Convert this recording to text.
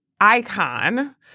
icon